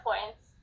points